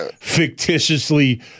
fictitiously